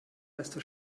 desto